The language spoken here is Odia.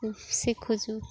ଶିଖୁଛୁ